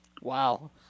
Wow